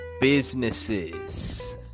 businesses